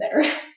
better